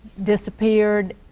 disappeared.